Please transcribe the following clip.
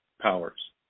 Powers